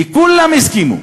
וכולם הסכימו,